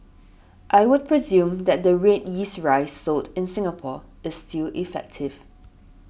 I would presume that the red yeast rice sold in Singapore is still effective